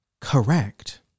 Correct